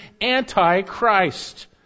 anti-Christ